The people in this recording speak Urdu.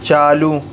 چالو